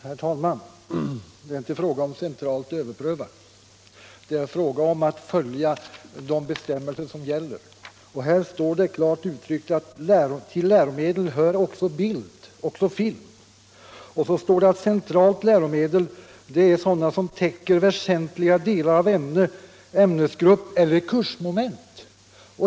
Herr talman! Det är inte fråga om att överpröva centralt utan att följa de bestämmelser som gäller. Det står klart uttryckt att till läromedel hör också bild och film och att centrala läromedel är sådana som täcker en väsentlig del av ämne, ämnesgrupp eller kursmoment.